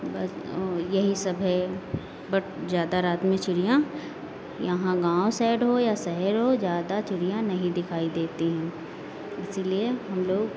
बस और यही सब है बट ज़्यादा रात में चिड़ियाँ यहाँ गाँव साइड हो या शहर हो ज़्यादा चिड़िया नहीं दिखाई देती हैं इसीलिए हम लोग